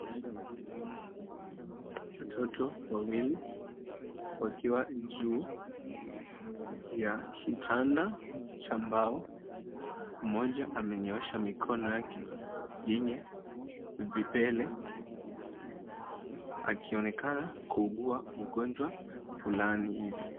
Watoto wawili wakiwa juu ya kitanda cha mbao. Mmoja amenyoosha mikono yake yenye vipele akionekana kuugua ugonjwa fulani hivi.